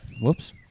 Whoops